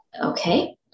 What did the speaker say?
okay